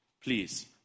Please